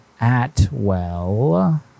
Atwell